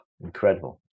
incredible